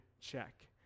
check